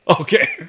okay